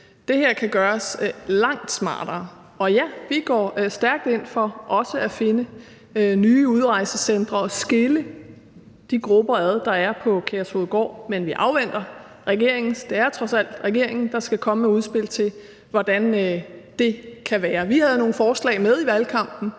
Det her kan gøres langt smartere. Og ja, vi går stærkt ind for også at finde nye udrejsecentre og skille de grupper ad, der er på Kærshovedgård, men vi afventer regeringen. Det er trods alt regeringen, der skal komme med et udspil til, hvordan det kan være. Vi havde nogle forslag med i valgkampen,